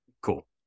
Cool